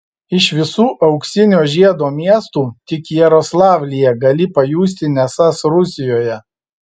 iš visų auksinio žiedo miestų tik jaroslavlyje gali pajusti nesąs rusijoje